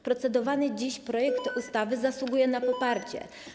Procedowany dziś projekt ustawy zasługuje na poparcie.